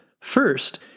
First